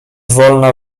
wolna